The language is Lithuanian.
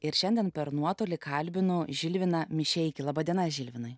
ir šiandien per nuotolį kalbino žilviną mišeikį laba diena žilvinai